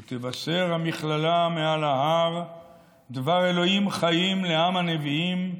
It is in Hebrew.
// ותבשר המכללה מעל ההר / דבר אלוהים חיים לעם הנביאים,